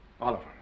Oliver